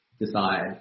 decide